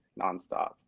nonstop